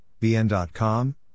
BN.com